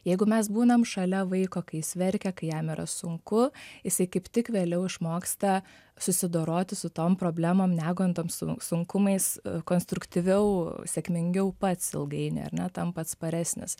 jeigu mes būnam šalia vaiko kai jis verkia kai jam yra sunku jisai kaip tik vėliau išmoksta susidoroti su tom problemom negandom su sunkumais konstruktyviau sėkmingiau pats ilgainiui ar ne tampa atsparesnis